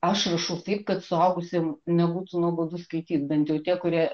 aš rašau taip kad suaugusiem nebūtų nuobodu skaityt bent jau tie kurie